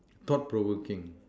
thought provoking